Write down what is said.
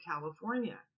California